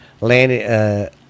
landed